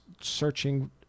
searching